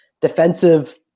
defensive